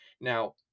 Now